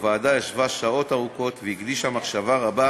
הוועדה ישבה שעות ארוכות והקדישה מחשבה רבה